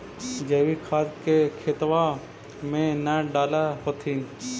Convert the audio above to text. जैवीक खाद के खेतबा मे न डाल होथिं?